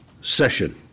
session